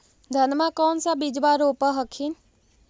धनमा कौन सा बिजबा रोप हखिन?